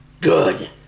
Good